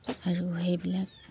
আৰু সেইবিলাক